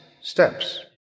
steps